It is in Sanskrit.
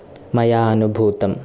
मया अनुभूतम्